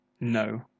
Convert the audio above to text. No